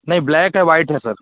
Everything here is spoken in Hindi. नहीं ब्लैक है व्हाइट है सर